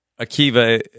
Akiva